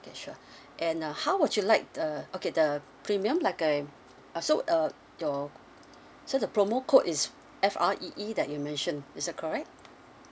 K sure and uh how would you like the okay the premium like I uh so uh your so the promo code is F R E E that you've mentioned is that correct